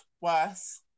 worse